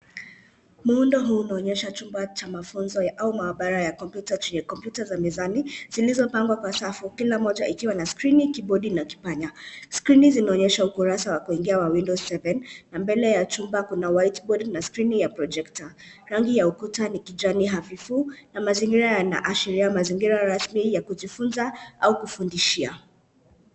Muundo huu unaonesha chumba au maabara ya kompyuta za mezani zilizopangwa kwa safu kila moja ikiwa na skrini, kibodi na kipanya. Skrini zinaonesha ukurasa wa kuingia wa window seven na mbele ya chumba kuna whiteboard na skrini ya projekta. Rangi ya ukuta ni kijani hafifu na mazingira yanaashiria mazingira rasmi ya kujifunza au kufundishia.